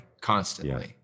constantly